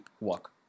walk